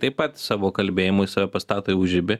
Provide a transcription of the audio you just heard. taip pat savo kalbėjimu jis save pastato į užribį